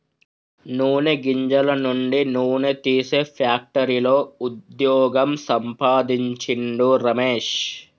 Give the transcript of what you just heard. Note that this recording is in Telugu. నూనె గింజల నుండి నూనె తీసే ఫ్యాక్టరీలో వుద్యోగం సంపాందించిండు రమేష్